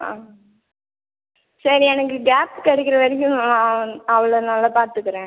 ஆ சரி எனக்கு கேப் கிடைக்கிற வரைக்கும் நான் அவளை நல்லா பார்த்துக்குறேன்